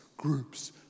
Groups